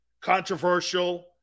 controversial